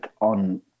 on